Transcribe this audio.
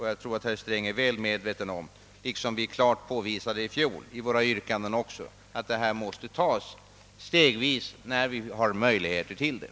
Jag tror att herr Sträng också är medveten om vad vi framhöll i fjol, nämligen att reformerna måste genomföras stegvis när det finns möjlighet till det.